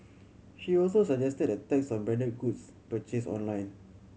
she also suggested a tax on branded goods purchased online